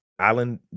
Island